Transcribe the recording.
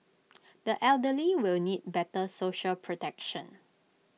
the elderly will need better social protection